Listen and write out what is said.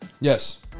Yes